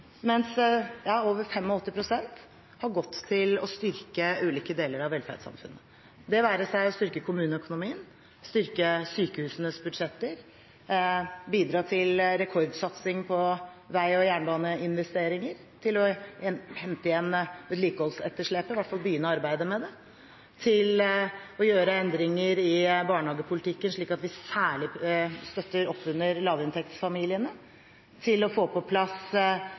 mens over 85 pst. har gått til å styrke ulike deler av velferdssamfunnet, fra å styrke kommuneøkonomien, styrke sykehusenes budsjetter og bidra til rekordsatsing på vei- og jernbaneinvesteringer til å hente igjen vedlikeholdsetterslepet – i hvert fall begynne å arbeide med det – til å gjøre endringer i barnehagepolitikken slik at vi særlig støtter opp under lavinntektsfamiliene, til å få på plass